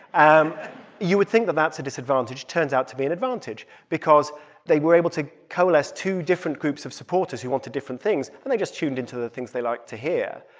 um you would think that that's a disadvantage. turns out to be an advantage because they were able to coalesce two different groups of supporters who wanted different things and they just tuned into into the things they liked to hear.